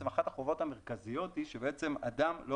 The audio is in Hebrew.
אחת החובות המרכזיות היא שבעצם אדם לא